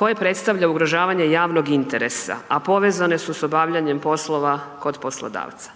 koje predstavlja ugrožavanje javnog interesa, a povezane su s obavljanjem poslova kod poslodavca.